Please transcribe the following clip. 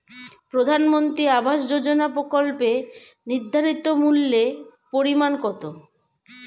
প্রধানমন্ত্রী আবাস যোজনার প্রকল্পের নির্ধারিত মূল্যে পরিমাণ কত?